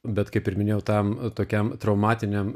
bet kaip ir minėjau tam tokiam traumatiniam